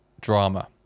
drama